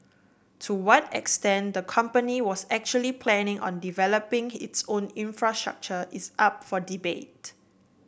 to what extent the company was actually planning on developing its own infrastructure is up for debate